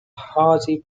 haredi